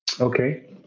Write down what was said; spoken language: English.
Okay